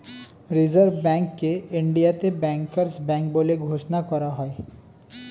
reserve ব্যাঙ্ককে ইন্ডিয়াতে bankers bank বলে ঘোষণা করা হয়